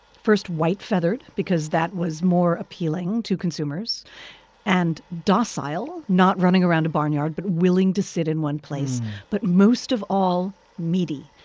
first, white-feathered, because that was more appealing to consumers and docile, not running around a barnyard, but willing to sit in one place but most of all, meaty.